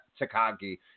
Takagi